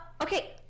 okay